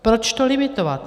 Proč to limitovat?